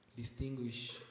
distinguish